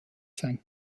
sein